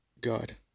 God